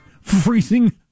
freezing